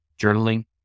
Journaling